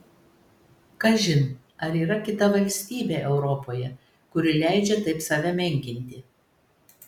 kažin ar yra kita valstybė europoje kuri leidžia taip save menkinti